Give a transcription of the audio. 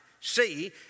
see